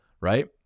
right